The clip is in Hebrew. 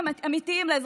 ואנחנו רואים את זה,